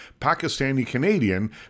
Pakistani-Canadian